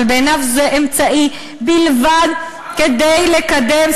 אבל בעיניו זה אמצעי בלבד כדי לקדם,